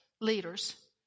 leaders